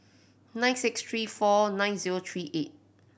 nine six three four nine zero three eight